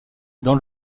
dans